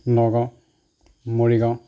Nagaon Morigaon